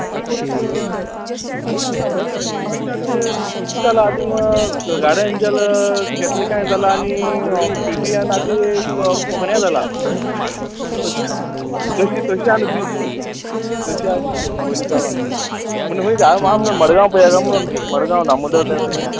I डॉन अय आसा आसा बरें हाय थिंगां माश्शा तें किदें आलां थिंग गाडनजल कॅतलिकायें जालां आनी ऑफ सिटियन आं ती एक कोंकण्यां जालां ओश तशी तशी आ न्हय ती तशी आं ती पयली सावान म्हूण हूंय गा आं हांव म्हणून मडगांव पोवया गा म्हणून मडगांव दामोदर त्या सायडीन